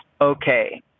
Okay